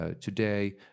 today